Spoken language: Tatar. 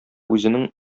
үзенең